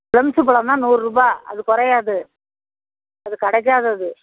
plums பழம் தான் நூறுரூபா அது குறையாது அது கிடைக்காது அது